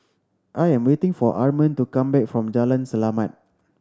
I am waiting for Armond to come back from Jalan Selamat